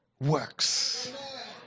works